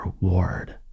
reward